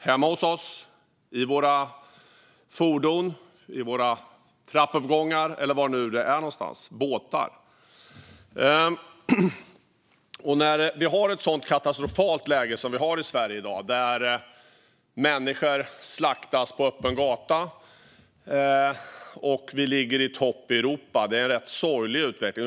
Hemma hos oss, i våra fordon, i våra trappuppgångar eller var det nu är? I våra båtar? Att vi har ett så katastrofalt läge som vi har i Sverige i dag, där människor slaktas på öppen gata och vi ligger i topp i Europa, är en rätt sorglig utveckling.